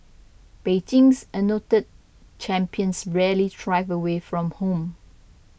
Beijing's anointed champions rarely thrive away from home